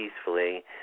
peacefully